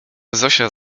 zosia